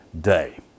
day